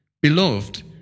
Beloved